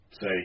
say